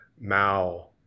Mao